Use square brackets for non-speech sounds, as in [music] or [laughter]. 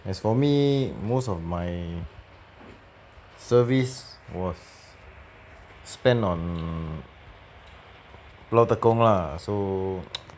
as for me most of my service was spent on mm pulau tekong ah so [noise]